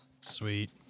Sweet